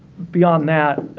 beyond that,